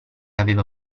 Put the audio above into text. aveva